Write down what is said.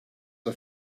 are